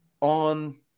on